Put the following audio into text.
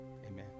Amen